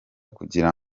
kugira